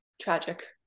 Tragic